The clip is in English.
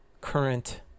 current